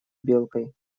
белкой